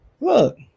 Look